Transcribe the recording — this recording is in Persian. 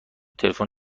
تلفن